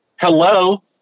hello